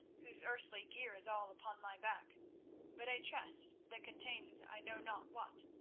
whose earthly gear is all upon my back but a chest, that contains i know not what,